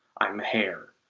i'm hair,